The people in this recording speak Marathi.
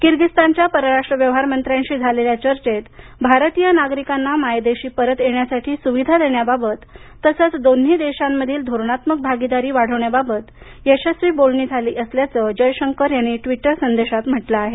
किर्गीजस्तानच्या पराराष्ट्र व्यवहार मंत्र्यांशी झालेल्या चर्चेत भारतीय नागरिकांना मायदेशी परत येण्यासाठी सुविधा देण्याबाबत तसंच दोन्ही देशांमधील धोरणात्मक भागीदारी वाढवण्याबाबत यशस्वी बोलणी झाली असल्याचं जयशंकर यांनी ट्विटर संदेशात म्हटलं आहे